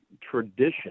tradition